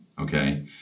Okay